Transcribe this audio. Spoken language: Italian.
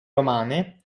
romane